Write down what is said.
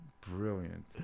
brilliant